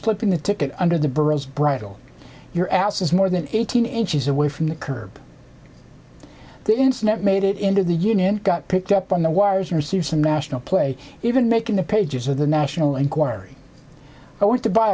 slipping the ticket under the burrows bridle your ass is more than eighteen inches away from the curb the internet made it into the union got picked up on the wires received some national play even making the pages of the national inquiry i want to buy